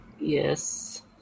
Yes